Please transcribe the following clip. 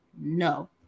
No